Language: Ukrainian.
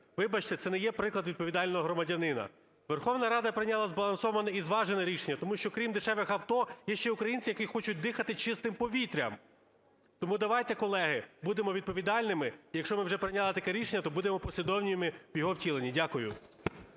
вибачте, це не є приклад відповідального громадянина. Верховна Рада прийняла збалансоване і зважене рішення. Тому що крім дешевих авто є ще українці, які хочуть дихати чистим повітрям. Тому давайте, колеги, будемо відповідальними, якщо ми вже прийняли таке рішення, то будемо послідовними в його втіленні. Дякую.